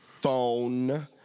phone